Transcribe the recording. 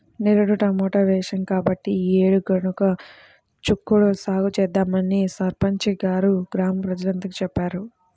నిరుడు టమాటా వేశాం కాబట్టి ఈ యేడు గనుపు చిక్కుడు సాగు చేద్దామని సర్పంచి గారు గ్రామ ప్రజలందరికీ చెప్పారు